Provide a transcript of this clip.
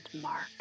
Mark